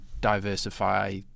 diversify